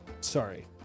Sorry